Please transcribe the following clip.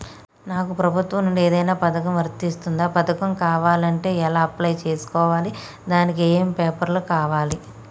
నాకు ప్రభుత్వం నుంచి ఏదైనా పథకం వర్తిస్తుందా? పథకం కావాలంటే ఎలా అప్లై చేసుకోవాలి? దానికి ఏమేం పేపర్లు కావాలి?